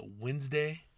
Wednesday